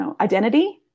identity